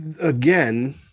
Again